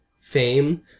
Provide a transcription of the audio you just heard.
fame